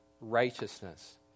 righteousness